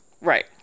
Right